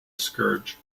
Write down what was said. scourge